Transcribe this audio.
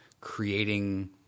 creating